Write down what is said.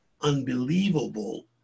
unbelievable